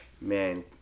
Man